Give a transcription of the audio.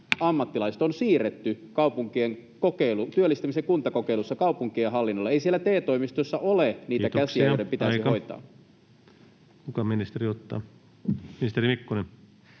koputtaa] on siirretty työllistämisen kuntakokeilussa kaupunkien hallinnoille? Ei siellä TE-toimistoissa ole niitä käsiä, [Puhemies: Kiitoksia, aika!] joiden pitäisi hoitaa. Kuka ministeri ottaa? — Ministeri Mikkonen.